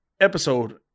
episode